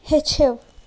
ہیٚچھِو